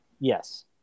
Yes